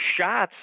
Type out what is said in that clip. shots